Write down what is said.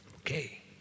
okay